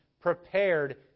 prepared